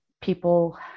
people